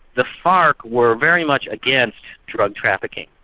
the farc were very much against drug trafficking,